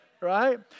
right